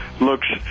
looks